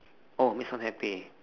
oh make someone happy